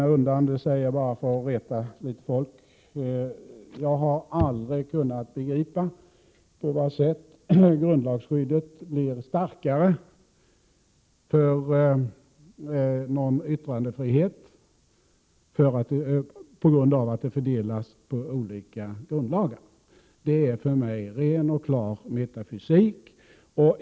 1987/88:122 reta en och annan: jag har aldrig kunnat förstå hur grundlagsskyddet i fråga om yttrandefriheten blir starkare till följd av uppdelningen på olika grundlagar. Det är för mig ren och skär metafysik.